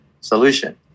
solution